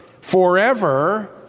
forever